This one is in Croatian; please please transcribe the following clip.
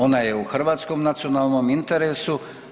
Ona je u hrvatskom nacionalnom interesu.